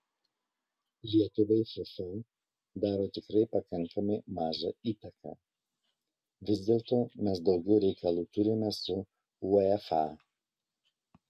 lietuvai fifa daro tikrai pakankamai mažą įtaką vis dėlto mes daugiau reikalų turime su uefa